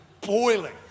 boiling